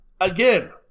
Again